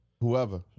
Whoever